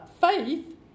faith